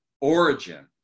origin